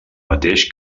mateix